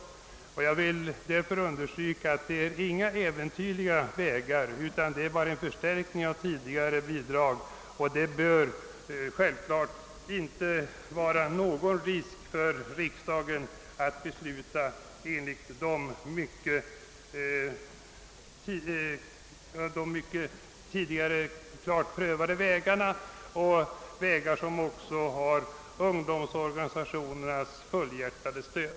Det bör alltså självfallet inte vara någon »risk» att nu fatta beslut om dessa förstärkningar som kommer att utgå på tidigare väl prövade vägar och som också har ungdomsorganisationernas helhjärtade stöd.